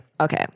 Okay